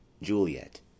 JULIET